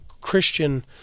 Christian